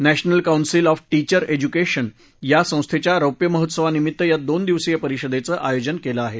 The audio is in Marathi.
national council of teacher education यासंस्थेच्या रौप्यमहोत्सवानिमित्त या दोन दिवसीय परिषदेचं आयोजन केलं आहे